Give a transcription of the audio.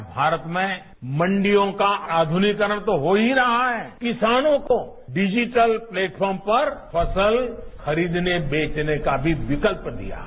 आज भारत में मंडियों का आध्रनिकीकरण तो हो ही रहा है किसानों को डिजीटल प्लेटफॉर्म पर फसल खरीदने बेचने का भी विकल्प मिला है